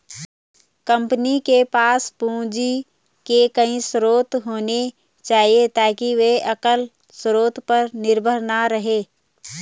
company के पास पूंजी के कई स्रोत होने चाहिए ताकि वे एकल स्रोत पर निर्भर न रहें